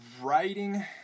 writing